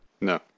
No